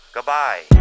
Goodbye